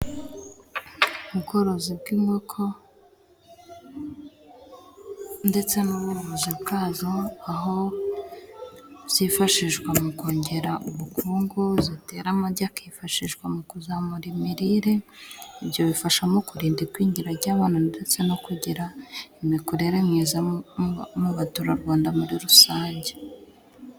Ubworozi bw'inkoko ndetse n'ubuvuzi bwazo, aho zifashishwa mu kongera ubukungu zitera amagi, akifashishwa mu kuzamura imirire, ibyo bifashamo kurinda igwingira ry'abantu ndetse no kugira imikorere myiza mu' baturarwanda muri rusange.